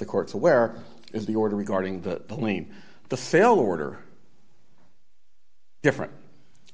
the court's aware is the order regarding the plane the sale order different